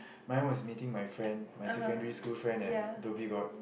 mine was meeting my friend my secondary friend at Dhoby-Ghaut